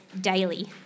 daily